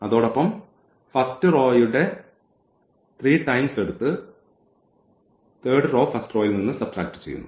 അതോടൊപ്പം ഫസ്റ്റ് റോയുടെ 3 ടൈംസ് എടുത്ത് തേർഡ് റോ ഫസ്റ്റ് റോയിൽനിന്ന് സബ്ട്രാക്ട ചെയ്യുന്നു